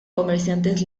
comerciantes